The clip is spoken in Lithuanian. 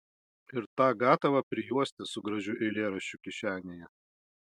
ir tą gatavą prijuostę su gražiu eilėraščiu kišenėje